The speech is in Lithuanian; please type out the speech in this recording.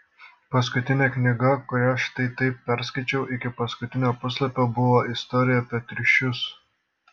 paskutinė knyga kurią štai taip perskaičiau iki paskutinio puslapio buvo istorija apie triušius